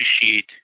appreciate